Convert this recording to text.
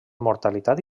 mortalitat